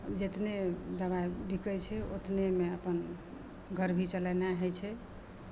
जेतने दबाइ बिकै छै ओतनेमे अपन घर भी चलेनाइ होइ छै